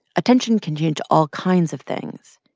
attention can change all kinds of things,